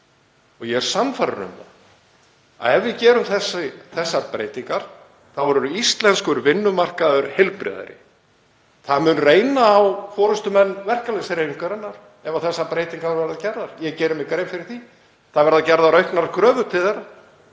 og er sannfærður um það, að ef við gerum þessar breytingar verður íslenskur vinnumarkaður heilbrigðari. Það mun reyna á forystumenn verkalýðshreyfingarinnar ef þessar breytingar verða gerðar, ég geri mér grein fyrir því. Það verða gerðar auknar kröfur til þeirra.